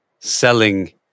selling